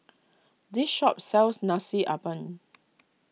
this shop sells Nasi Ambeng